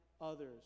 others